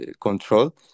control